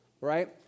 right